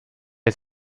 ist